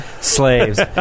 slaves